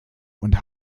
und